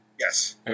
Yes